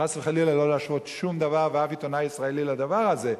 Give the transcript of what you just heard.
חס וחלילה לא להשוות שום דבר ואף עיתונאי ישראלי לדבר הזה,